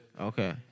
Okay